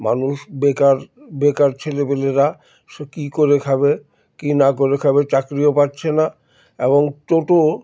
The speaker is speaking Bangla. মানুষ বেকার বেকার ছেলেপলেরা সে কী করে খাবে কী না করে খাবে চাকরিও পাচ্ছে না এবং টোটো